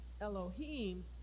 Elohim